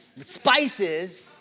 spices